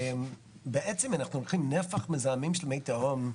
בעצם אנחנו לוקחים נפח מזהמים של מי תהום,